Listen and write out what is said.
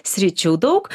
sričių daug